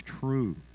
true